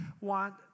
want